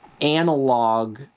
analog